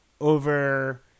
over